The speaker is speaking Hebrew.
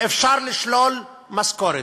אפשר לשלול משכורת.